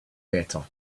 better